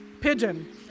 pigeon